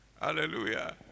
Hallelujah